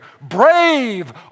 brave